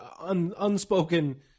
unspoken